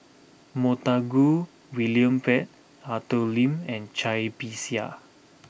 Montague William Pett Arthur Lim and Cai Bixia